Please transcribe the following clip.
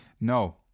No